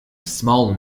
small